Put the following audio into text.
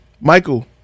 Michael